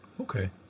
Okay